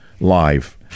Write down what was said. live